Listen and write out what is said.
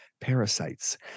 parasites